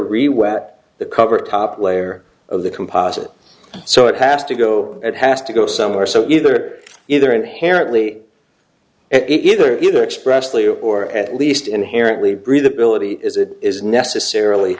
re wet the cover top layer of the composite so it has to go it has to go somewhere so either either inherently it either is or expressly or at least inherently breathability as it is necessarily